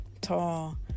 tall